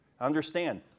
understand